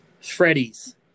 Freddy's